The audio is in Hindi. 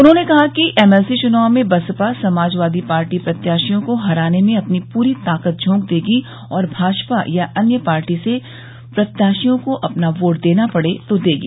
उन्होंने कहा कि एमएलसी चुनाव में बसपा समाजवादी पार्टी प्रत्याशियों को हराने में अपनी पूरी ताकत झोंक देगी और भाजपा या अन्य पार्टी के प्रत्याशियों को अपना वोट देना पड़े तो देगी